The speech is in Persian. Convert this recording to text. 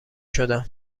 شدن